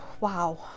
Wow